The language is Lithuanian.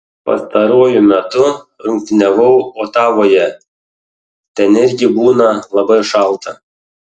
pastaruoju metu rungtyniavau otavoje ten irgi būna labai šalta